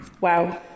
Wow